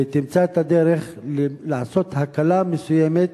ותמצא את הדרך לעשות הקלה מסוימת,